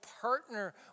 partner